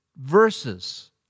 verses